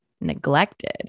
neglected